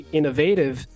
innovative